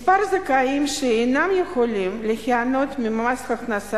מספר הזכאים שאינם יכולים ליהנות ממס הכנסה